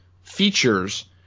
features